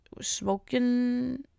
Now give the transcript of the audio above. smoking